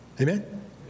Amen